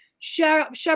shepherd